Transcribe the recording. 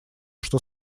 что